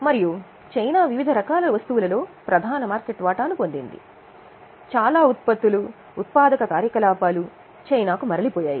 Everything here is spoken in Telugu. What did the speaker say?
మరియు చైనా వివిధ రకాల వస్తువులలో ప్రపంచంలోనే ప్రధాన మార్కెట్ వాటాను పొందింది చాలా ఉత్పత్తి లేదా ఉత్పాదక కార్యకలాపాలు చైనాకు మారాయి